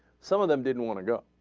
some of them didn't want to go